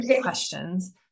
questions